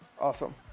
Awesome